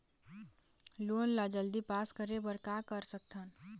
Loan ला जल्दी pass करे बर का कर सकथन?